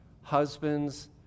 husbands